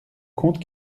conte